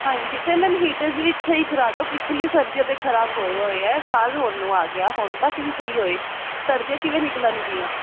ਹਾਂਜੀ ਤੇ ma'am heaters ਵੀ ਸਹੀ ਕਰਾ ਦੋ ਪਿਛਲੀ ਸਰਦੀਆਂ ਦੇ ਖਰਾਬ ਹੋਏ ਹੋਏ ਐ ਸਾਲ ਹੋਣ ਨੂੰ ਆ ਗਿਆ ਹੁਣ ਤੱਕ ਨੀ ਸਹੀ ਹੋਏ ਸਰਦੀਆਂ ਕਿਵੇਂ ਨਿਕਲਣ ਗੀਆਂ